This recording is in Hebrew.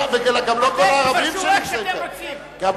גם לא כל הערבים שנמצאים כאן.